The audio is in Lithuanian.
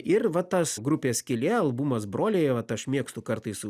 ir va tas grupės skylė albumas broliai vat aš mėgstu kartais